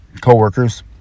Co-workers